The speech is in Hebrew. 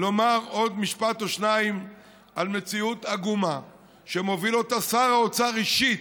לומר עוד משפט או שניים על מציאות עגומה שמוביל שר האוצר אישית,